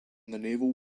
naval